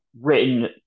written